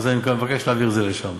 אני מבקש להעביר את זה לשם.